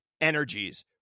energies